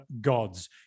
gods